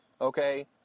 Okay